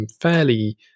fairly